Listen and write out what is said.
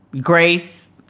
grace